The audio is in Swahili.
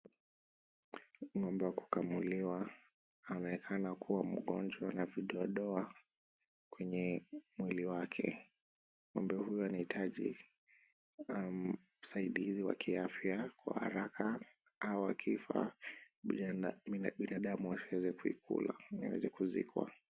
Ngombe wa kukamuliwa anaonekana kuwa mgonjwa na vidoadoa kwenye mwili wake. Ngombe huyu anahitaji usaidizi wa kiafya kwa haraka au akifa binadamu hataweza kuikula, aweze kuzikwa.